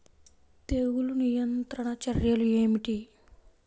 తెగులు నియంత్రణ చర్యలు ఏమిటి?